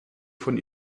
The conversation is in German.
von